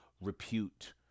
repute